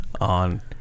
on